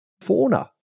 fauna